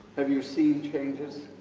have you seen changes